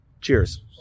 Cheers